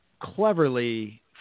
cleverly